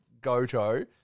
Goto